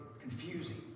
confusing